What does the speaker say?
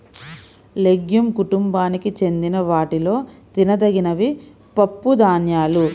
legume కుటుంబానికి చెందిన వాటిలో తినదగినవి పప్పుధాన్యాలు